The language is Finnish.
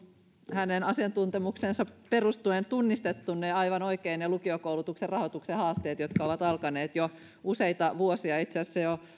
hänen asiantuntemukseensa perustuen tunnistettu aivan oikein ne lukiokoulutuksen rahoituksen haasteet jotka ovat alkaneet jo useita vuosia sitten itse asiassa